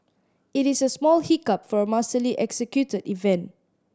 it is a small hiccup for a masterly executed event